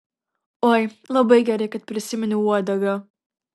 oi labai gerai kad prisiminiau uodegą